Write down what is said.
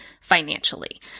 financially